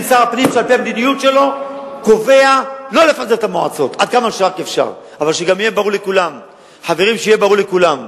דהיינו לא לפזר את המועצה, בשונה מחבריך בקדימה,